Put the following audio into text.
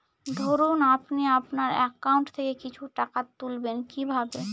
ধরুন আপনি আপনার একাউন্ট থেকে কিছু টাকা তুলবেন কিভাবে?